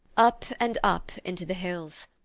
up and up into the hills.